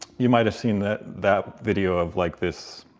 you might have seen that that video of like this